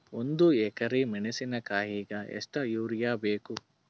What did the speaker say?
ಒಂದ್ ಎಕರಿ ಮೆಣಸಿಕಾಯಿಗಿ ಎಷ್ಟ ಯೂರಿಯಬೇಕು?